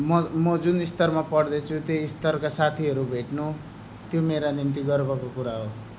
म म जुन स्तरमा पढदैछु त्यही स्तरका साथीहेरू भेट्नु त्यो मेरा निम्ति गर्वको कुरा हो